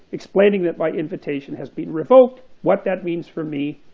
explaining that my invitation has been revoked, what that means for me,